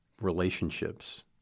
relationships